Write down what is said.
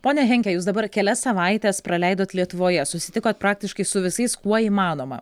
pone henke jūs dabar kelias savaites praleidot lietuvoje susitikot praktiškai su visais kuo įmanoma